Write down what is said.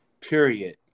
period